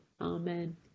Amen